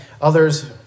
Others